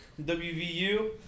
WVU